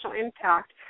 impact